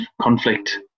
conflict